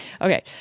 Okay